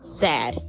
sad